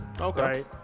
okay